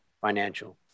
financial